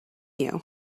you